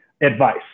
advice